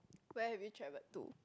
where have you travel to